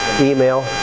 email